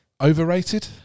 overrated